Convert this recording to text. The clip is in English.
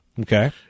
Okay